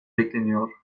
bekleniyor